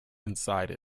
inside